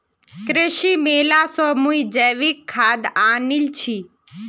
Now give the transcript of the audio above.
कृषि मेला स मुई जैविक खाद आनील छि